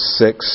six